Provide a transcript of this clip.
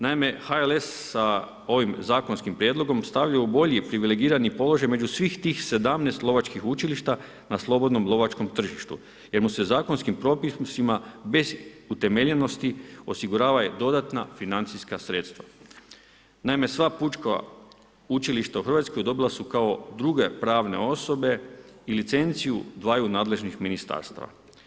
Naime, HLS sa ovim zakonskim prijedlogom stavlja u bolji privilegirani položaj među svih tih 17 lovačkih učilišta na slobodnom lovačkom tržištu jer mu se zakonskim propisima bez utemeljenosti osiguravaju dodatna Naime sva pučka učilišta u Hrvatskoj, dobile su kao i druge pravne osobe i licenciju dvaju nadležnih ministarstava.